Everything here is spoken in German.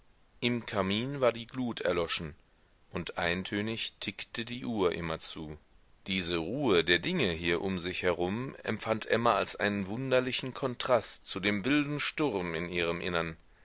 im kamin war die glut erloschen und eintönig tickte die uhr immerzu diese ruhe der dinge hier um sich herum empfand emma als einen wunderlichen kontrast zu dem wilden sturm in ihrem innern